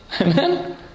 Amen